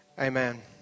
Amen